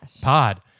pod